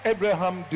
Abraham